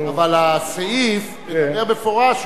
אבל הסעיף מדבר במפורש,